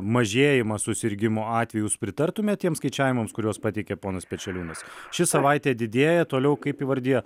mažėjimą susirgimo atvejų jūs pritartumėt tiems skaičiavimams kuriuos pateikė ponas pečeliūnas ši savaitė didėja toliau kaip įvardija